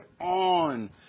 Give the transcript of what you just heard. on